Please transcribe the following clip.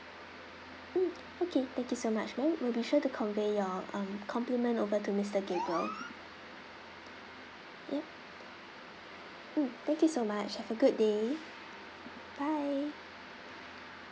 mm okay thank you so much ma'am we'll be sure to convey your um compliment over to mister gabriel yup mm thank you so much have a good day bye